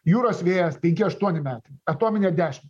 jūros vėjas penki aštuoni metai atominė dešim